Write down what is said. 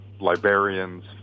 librarians